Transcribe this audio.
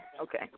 Okay